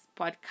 podcast